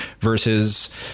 versus